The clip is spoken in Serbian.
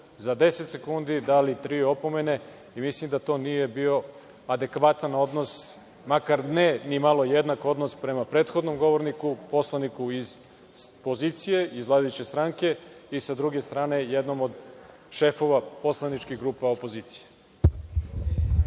za 10 sekundi dali tri opomene. Mislim, da to nije bio adekvatan odnos, makar ne ni malo jednak odnos prethodnom govorniku, poslaniku iz pozicije iz vladajuće stranke i sa druge strane, jednom od šefova poslaničkih grupa opozicije.